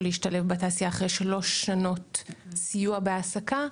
להשתלב בתעשייה אחרי שלוש שנות סיוע בהעסקה,